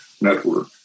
network